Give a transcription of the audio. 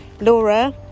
Laura